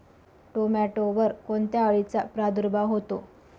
टोमॅटोवर कोणत्या अळीचा प्रादुर्भाव होतो?